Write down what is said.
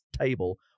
table